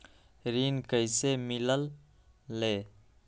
ऋण कईसे मिलल ले?